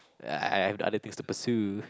I I have other things to pursue